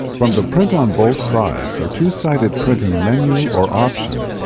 from the print on both sides or two-sided printing menu or option,